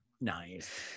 Nice